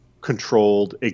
controlled